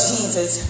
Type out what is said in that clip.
Jesus